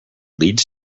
leads